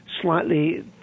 slightly